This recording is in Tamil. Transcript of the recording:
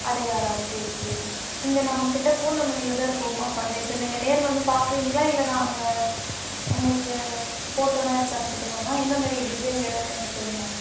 அடையாரா சரி சரி இங்கே நம்மக்கிட்டே பூந்தமல்லியில் தான் இருக்கோம்மா பர்னிச்சர்ஸ் நீங்கள் நேரில் வந்து பார்க்குறீங்களா இல்லை நாங்கள் உங்களுக்கு ஃபோட்டோன்னால் எடுத்து அனுப்பட்டுமாம்மா எந்த மாரி டிசைன் வேணும்ன்னு சொல்லுங்க